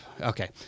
okay